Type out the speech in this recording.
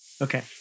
Okay